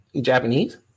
Japanese